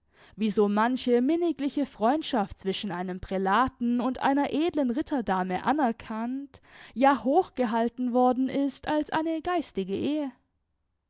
wie so manche minnigliche freundschaft zwischen einem prälaten und einer edelen ritterdame anerkannt ja hochgehalten worden ist als eine geistige ehe